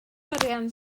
arian